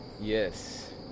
Yes